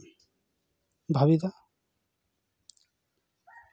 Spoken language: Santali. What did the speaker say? ᱵᱷᱟᱹᱵᱤᱛᱟ